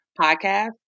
podcast